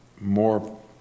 more